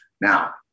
Now